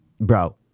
bro